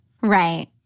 Right